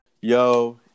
Yo